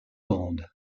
grande